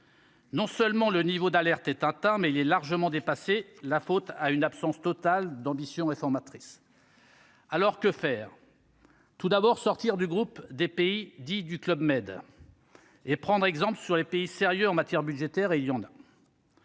Non seulement le niveau d'alerte est atteint, mais il est largement dépassé, la faute à une absence totale d'ambition et 100 matrice. Et a après. Alors que faire. Tout d'abord sortir du groupe des pays dits du Club Med et prendre exemple sur les pays sérieux en matière budgétaire et Lyon.